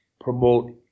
promote